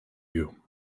you